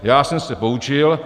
Já jsem se poučil.